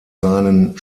seinen